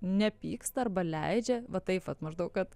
nepyksta arba leidžia va taip vat maždaug kad